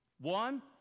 One